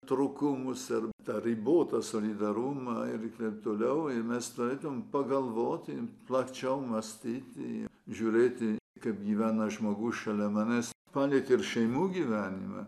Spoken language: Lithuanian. trūkumus ir tą ribotą solidarumą ir taip toliau mes turėtumėm pagalvoti plačiau mąstyti žiūrėti kaip gyvena žmogus šalia manęs palietė ir šeimų gyvenimą